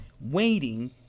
waiting